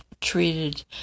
treated